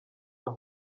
aha